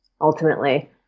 ultimately